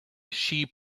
she